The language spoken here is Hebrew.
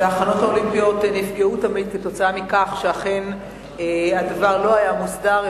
ההכנות האולימפיות נפגעו תמיד כתוצאה מכך שאכן הדבר לא היה מוסדר,